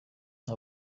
nta